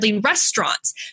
restaurants